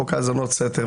חוק האזנות סתר,